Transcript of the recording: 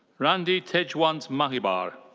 randi tejwant mahabir.